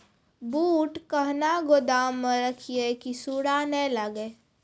बूट कहना गोदाम मे रखिए की सुंडा नए लागे?